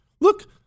Look